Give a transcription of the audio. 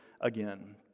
again